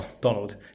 Donald